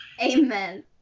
Amen